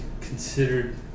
considered